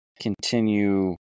continue